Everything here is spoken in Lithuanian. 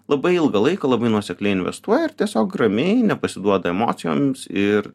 labai ilgą laiką labai nuosekliai investuoja ir tiesiog ramiai nepasiduoda emocijoms ir